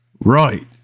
Right